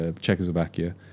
Czechoslovakia